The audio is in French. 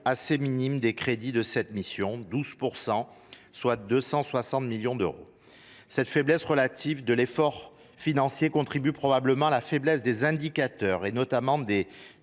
assez faible des crédits de la mission : 12 %, soit 260 millions d’euros. Cette faiblesse relative de l’effort financier contribue probablement à la faiblesse des indicateurs : ainsi, le